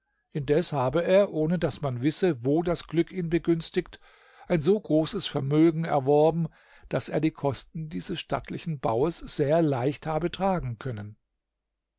indes habe er ohne daß man wisse wo das glück ihn begünstigt ein so großes vermögen erworben daß er die kosten dieses stattlichen baues sehr leicht habe tragen können